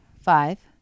Five